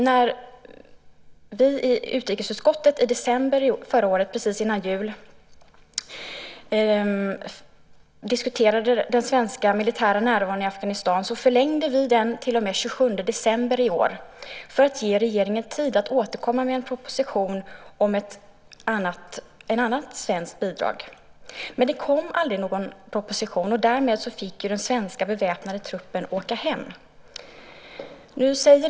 När vi i utrikesutskottet i december förra året, precis innan jul, diskuterade den svenska militära närvaron i Afghanistan förlängde vi den till och med den 27 december i år för att ge regeringen tid att återkomma med en proposition om ett annat svenskt bidrag. Men det kom aldrig någon proposition. Därmed fick den svenska beväpnade truppen åka hem.